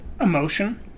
emotion